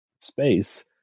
space